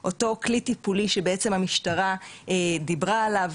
אותו כלי טיפולי שהמשטרה דיברה אליו.